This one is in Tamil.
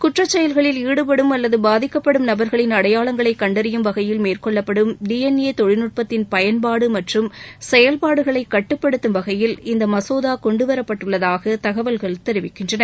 குற்றச் செயல்களில் ஈடுபடும் அல்லது பாதிக்கப்படும் நபர்களின் அடையாளங்களை கண்டறியும் வகையில் மேற்கொள்ளப்படும் டிஎன்ஏ தொழில்நுட்பத்தின் பயன்பாடு மற்றும் செயல்பாடுகளை கட்டுப்படுத்தும் வகையில் இந்த மசோதா கொண்டு வரப்பட்டுள்ளதாக தகவல்கள் தெரிவிக்கின்றன